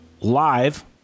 live